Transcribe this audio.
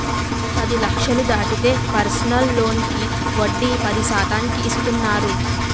పది లక్షలు దాటితే పర్సనల్ లోనుకి వడ్డీ పది శాతానికి ఇస్తున్నారు